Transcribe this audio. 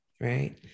right